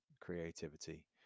creativity